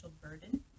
burden